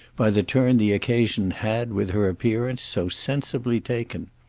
by the turn the occasion had, with her appearance, so sensibly taken.